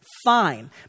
fine